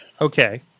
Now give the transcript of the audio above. Okay